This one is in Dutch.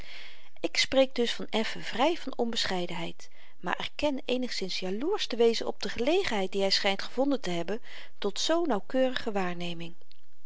ik spreek dus van effen vry van onbescheidenheid maar erken eenigszins jaloers te wezen op de gelegenheid die hy schynt gevonden te hebben tot zoo nauwkeurige waarneming